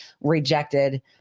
rejected